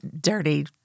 dirty